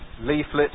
leaflet